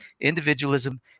individualism